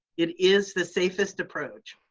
it is the safest approach,